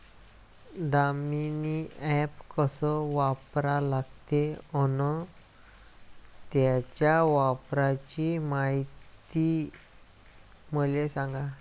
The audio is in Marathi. दामीनी ॲप कस वापरा लागते? अन त्याच्या वापराची मायती मले सांगा